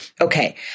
Okay